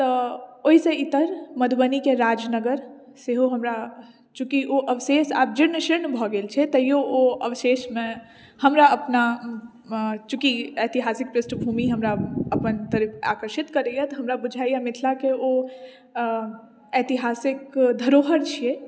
तऽ ओहि से इतर मधुबनीके राज नगर सेहो हमरा चूँकि ओ अवशेष आब जीर्ण शीर्ण भऽ गेल छै तैयौ ओ अवशेषमे हमरा अपना चूँकि ऐतिहासिक पृष्ठभूमि हमरा अपन तरफ आकर्षित करैया तऽ हमरा बुझाइया मिथिलाके ओ ऐतिहासिक धरोहर छियै